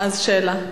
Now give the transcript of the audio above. אז, שאלה.